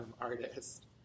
artist